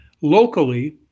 locally